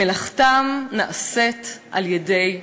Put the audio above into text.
"מלאכתם נעשית על-ידי אחרים".